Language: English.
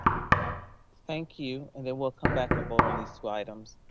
thank you. and then we'll come back and vote on these two items.